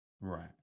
right